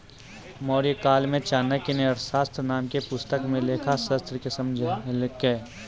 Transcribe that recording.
मौर्यकाल मे चाणक्य ने अर्थशास्त्र नाम के पुस्तक मे लेखाशास्त्र के समझैलकै